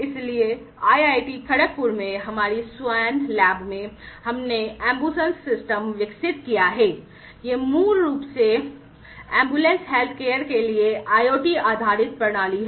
इसलिए IIT खड़गपुर में हमारी swan लैब में हमने अंबुन्स सिस्टम विकसित किया है यह मूल रूप से एम्बुलेंस हेल्थकेयर के लिए IoT आधारित प्रणाली है